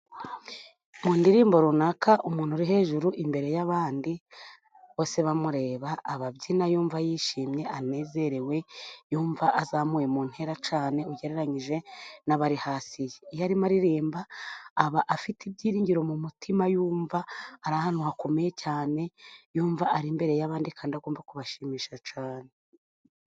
Mu ndirimbo runaka, umuntu uri hejuru imbere y'abandi bose, bamureba ababyina yumva yishimye anezerewe, yumva azamuwe mu ntera cyane, ugereranyije n'abari hasi, iyo arimo aririmba aba afite ibyiringiro mu mutima yumva ari ahantu hakomeye cyane, yumva ari imbere y'abandi kandi agomba kubashimisha cyane.